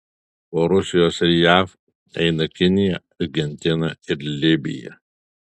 po rusijos ir jav eina kinija argentina ir libija